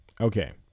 Okay